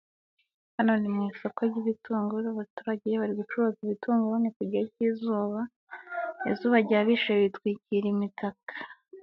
Hano ni mu isoko ry'ibitunguru, abaturage bari gucuruza ibitunguru, ni mu gihe cy'izuba, izuba ryabishe bitwikira imitaka.